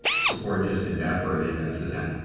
support just evaporated after that.